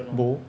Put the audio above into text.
bowl